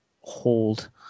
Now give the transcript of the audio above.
hold